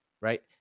right